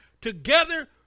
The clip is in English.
together